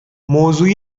موضوع